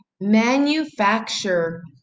Manufacture